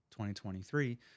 2023